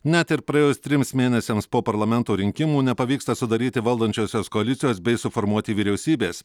net ir praėjus trims mėnesiams po parlamento rinkimų nepavyksta sudaryti valdančiosios koalicijos bei suformuoti vyriausybės